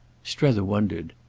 strether wondered.